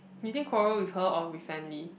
you think quarrel with her or with family